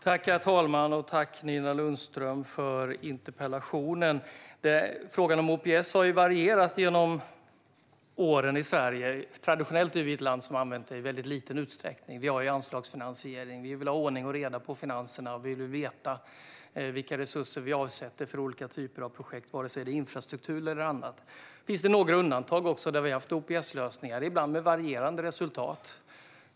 Herr talman! Tack, Nina Lundström, för interpellationen! Frågan om OPS har varierat genom åren i Sverige. Traditionellt är Sverige ett land som har använt OPS i liten utsträckning. Vi använder oss av anslagsfinansiering, och vi vill ha ordning och reda på finanserna och veta vilka resurser som avsätts för olika typer av projekt, vare sig det är infrastruktur eller annat. Det finns några undantag där OPS-lösningar har använts, ibland med varierande resultat.